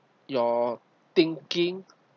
your thinking